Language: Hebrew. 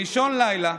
באישון לילה,